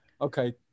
okay